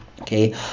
okay